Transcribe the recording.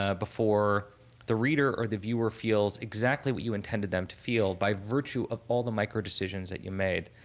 ah before the reader or the viewer feels exactly what you intended them to feel by virtue of all the micro decisions that you made?